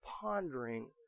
pondering